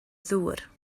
ddŵr